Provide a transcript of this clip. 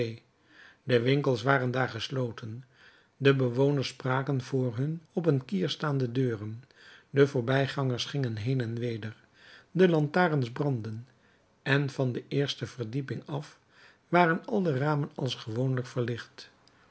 de winkels waren daar gesloten de bewoners spraken voor hun op een kier staande deuren de voorbijgangers gingen heen en weder de lantaarns brandden en van de eerste verdieping af waren al de ramen als gewoonlijk verlicht